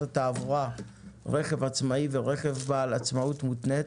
התעבורה (רכב עצמאי ורכב בעל עצמאות מותנית),